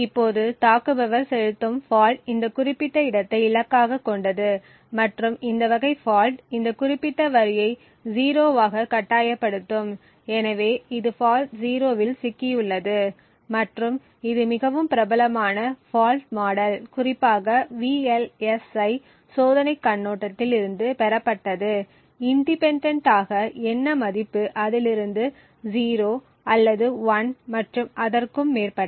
இப்போது தாக்குபவர் செலுத்தும் ஃபால்ட் இந்த குறிப்பிட்ட இடத்தை இலக்காகக் கொண்டது மற்றும் இந்த வகை ஃபால்ட் இந்த குறிப்பிட்ட வரியை 0 ஆக கட்டாயப்படுத்தும் எனவே இது ஃபால்ட் 0 இல் சிக்கியுள்ளது மற்றும் இது மிகவும் பிரபலமான ஃபால்ட் மாடல்குறிப்பாக VLSI சோதனைக் கண்ணோட்டத்தில் இருந்து பெறப்பட்டது இன்டெபேன்டென்ட் ஆக என்ன மதிப்பு அதில் இருந்தது 0 அல்லது 1 மற்றும் அதற்கும் மேற்பட்ட